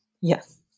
Yes